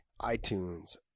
itunes